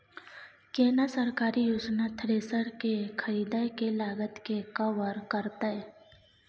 केना सरकारी योजना थ्रेसर के खरीदय के लागत के कवर करतय?